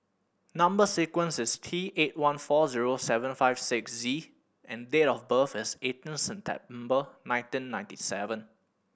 number sequence is T eight one four zero seven five six Z and date of birth is eighteen September nineteen ninety seven